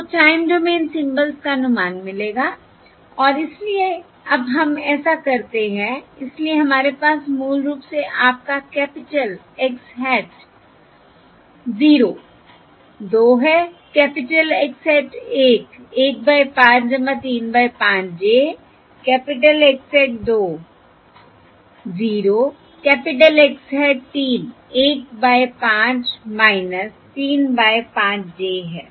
आपको time domain symbols का अनुमान मिलेगा और इसलिए अब हम ऐसा करते हैं इसलिए हमारे पास मूल रूप से आपका कैपिटल X hat 0 2 है capital X hat 1 1 by 5 3 by 5 j capital X hat 2 0 capital X hat 3 1 by 5 3 by 5 j है